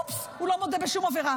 אופס, הוא לא מודה בשום עבירה.